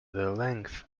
length